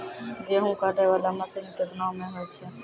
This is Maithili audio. गेहूँ काटै वाला मसीन केतना मे होय छै?